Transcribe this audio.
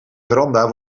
veranda